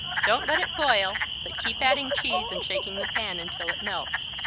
don't let it boil, but keep adding cheese and shaking the pan until it melts.